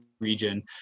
region